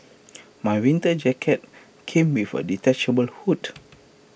my winter jacket came with A detachable hood